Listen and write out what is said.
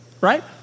Right